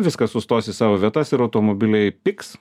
viskas sustos į savo vietas ir automobiliai pigs